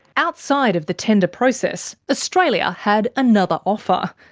outside of the tender process, australia had another offer.